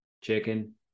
Chicken